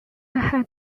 had